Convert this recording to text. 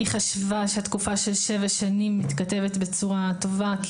היא חשבה שהתקופה של שבע שנים מתכתבת בצורה טובה.